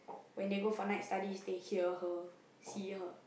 when they go for night study they hear her see her